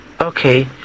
Okay